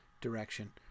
direction